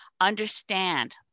Understand